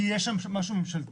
כי יש שם משהו ממשלתי.